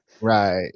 Right